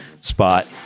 spot